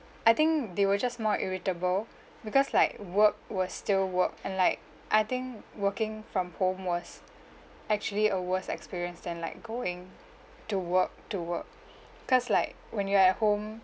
I think they were just more irritable because like work was still work and like I think working from home was actually a worse experience than like going to work to work cause like when you are at home